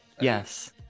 Yes